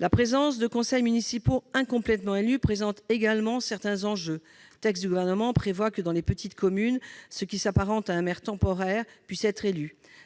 L'existence de conseils municipaux incomplètement élus présente également certains enjeux. Le texte du Gouvernement prévoit que, dans les petites communes, puisse être élu ce qui s'apparente à un « maire temporaire ».